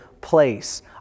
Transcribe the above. place